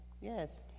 Yes